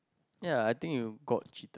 yeah I think you got cheap